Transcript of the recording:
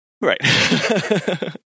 Right